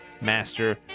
master